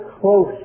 close